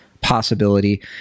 possibility